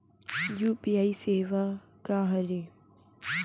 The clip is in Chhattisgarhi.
यू.पी.आई सेवा का हरे?